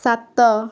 ସାତ